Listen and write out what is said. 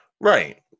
Right